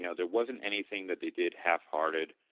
you know there wasn't anything that they did have hearted.